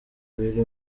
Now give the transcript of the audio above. biri